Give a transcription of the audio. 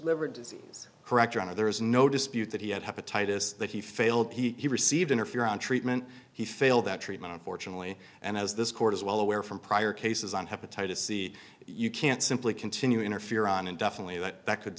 liver disease correct or are there is no dispute that he had hepatitis that he failed he received interferon treatment he failed that treatment unfortunately and as this court is well aware from prior cases on hepatitis c you can't simply continue interferon indefinitely that that could